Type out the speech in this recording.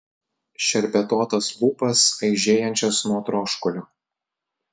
šerpetotas lūpas aižėjančias nuo troškulio